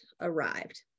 arrived